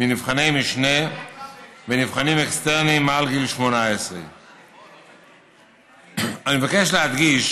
מנבחני משנה ונבחנים אקסטרניים מעל גיל 18. אני מבקש להדגיש